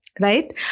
Right